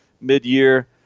mid-year